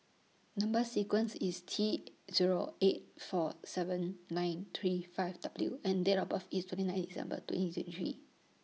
Number sequence IS T Zero eight four seven nine three five W and Date of birth IS twenty nine December twenty twenty three